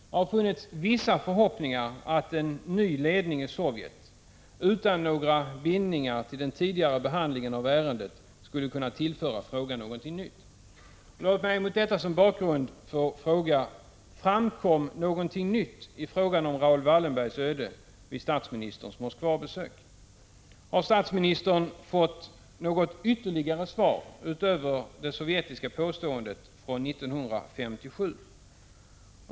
Det har funnits vissa förhoppningar om att en ny ledning i Sovjet, utan några bindningar till den tidigare behandlingen av ärendet, skulle kunna tillföra frågan någonting nytt. Låt mig med detta som bakgrund fråga: Framkom någonting nytt i frågan om Raoul Wallenbergs öde vid statsministerns Moskvabesök? Har statsministern fått något ytterligare svar, utöver det sovjetiska påståendet från 1957?